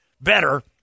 better